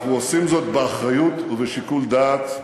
אנחנו עושים זאת באחריות ובשיקול דעת,